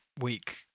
week